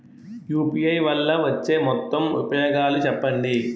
UPI వల్ల వచ్చే మొత్తం ఉపయోగాలు చెప్పండి?